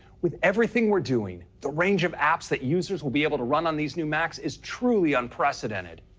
with everything we're doing, the range of apps that users will be able to run on these new macs is truly unprecedented.